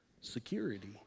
Security